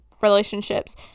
relationships